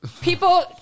People